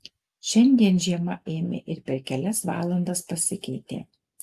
šiandien žiema ėmė ir per kelias valandas pasikeitė